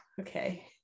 Okay